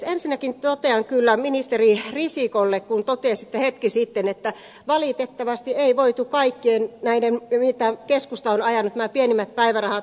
ensinnäkin totean kyllä ministeri risikolle kun totesitte hetki sitten että valitettavasti ei voitu kaikkien näiden mitä keskusta on ajanut nämä pienimmät päivärahat ynnä muuta